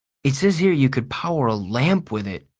it says here you could power a lamp with it.